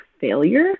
failure